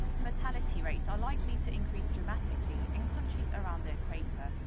fatality rates are likely to increase dramatically in countries around the equator.